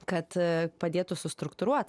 kad padėtų struktūruot